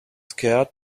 scared